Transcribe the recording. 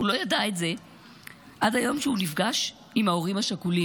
הוא לא ידע את זה עד היום שבו הוא נפגש עם ההורים השכולים,